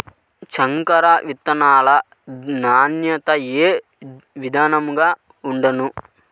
సంకర విత్తనాల నాణ్యత ఏ విధముగా ఉండును?